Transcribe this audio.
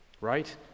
right